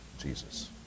Jesus